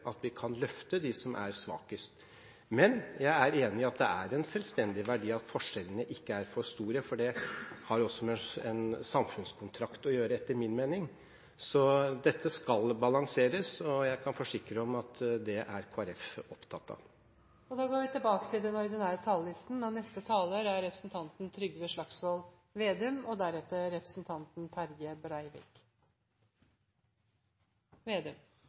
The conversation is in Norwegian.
at vi kan løfte dem som er svakest? Men jeg er enig i at det er en selvstendig verdi at forskjellene ikke er for store, for det har også med en samfunnskontrakt å gjøre, etter min mening. Dette skal balanseres, og jeg kan forsikre om at det er Kristelig Folkeparti opptatt av. Replikkordskiftet er omme. I dag vedtar Stortinget et skatteopplegg som bidrar til økte forskjeller. Regjeringen har bevisst valgt å gi skattekutt til dem med høye inntekter istedenfor dem med lave inntekter. De som har under og